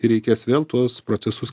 ir reikės vėl tuos procesus